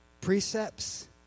precepts